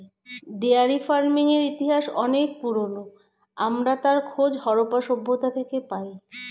dairy ফার্মিংয়ের ইতিহাস অনেক পুরোনো, আমরা তার খোঁজ হারাপ্পা সভ্যতা থেকে পাই